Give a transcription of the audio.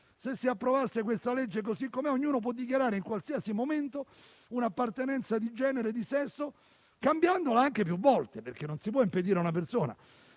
Se si approvasse questa legge così come è, ognuno può dichiarare in qualsiasi momento un'appartenenza di genere e di sesso cambiando anche più volte, perché non lo si può impedire a una persona.